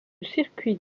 circuit